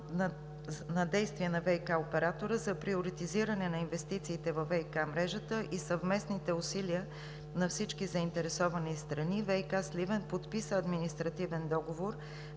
на действие на ВиК оператора за приоритизиране на инвестициите във ВиК мрежата и съвместните усилия на всички заинтересовани страни „ВиК – Сливен“ подписа административен договор